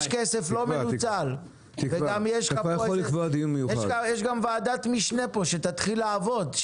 יש כסף לא מנוצל וגם יש ועדת משנה פה שתתחיל לעבוד,